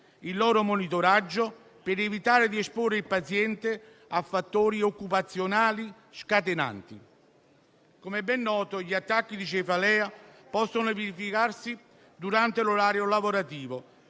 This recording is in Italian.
il loro monitoraggio per evitare di esporre il paziente a fattori occupazionali scatenanti. Come è ben noto, gli attacchi di cefalea possono verificarsi durante l'orario lavorativo,